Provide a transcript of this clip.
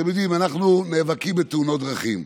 אתם יודעים, אנחנו נאבקים בתאונות דרכים,